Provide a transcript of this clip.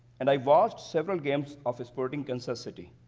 and i watched several games of sporting kansas city.